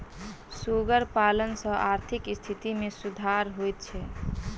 सुगर पालन सॅ आर्थिक स्थिति मे सुधार होइत छै